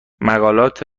مقالات